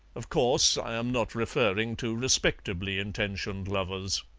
of course, i am not referring to respectably-intentioned lovers.